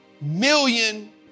million